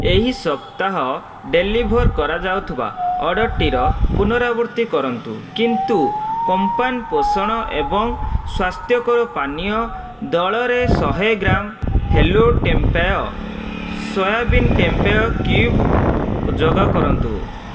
ଏହି ସପ୍ତାହ ଡେଲିଭର୍ କରାଯାଉଥିବା ଅର୍ଡ଼ର୍ଟିର ପୁନରାବୃତ୍ତି କରନ୍ତୁ କିନ୍ତୁ କମ୍ପାନ୍ ପୋଷଣ ଏବଂ ସ୍ଵାସ୍ଥ୍ୟକର ପାନୀୟ ଦଳରେ ଶହେ ଗ୍ରାମ୍ ହ୍ୟାଲୋ ଟେମ୍ପେୟ ସୋୟାବିନ୍ ଟେମ୍ପେୟ କ୍ୟୁବ୍ ଯୋଗ କରନ୍ତୁ